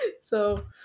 So-